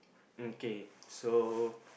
mm K so